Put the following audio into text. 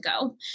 go